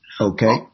Okay